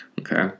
okay